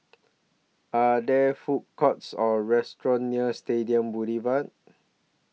Are There Food Courts Or restaurants near Stadium Boulevard